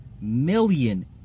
million